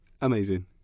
Amazing